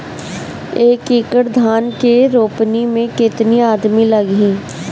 एक एकड़ धान के रोपनी मै कितनी आदमी लगीह?